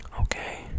Okay